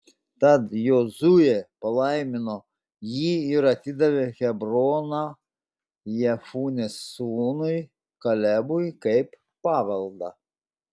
tad jozuė palaimino jį ir atidavė hebroną jefunės sūnui kalebui kaip paveldą